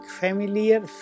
familiar